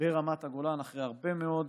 ברמת הגולן אחרי הרבה מאוד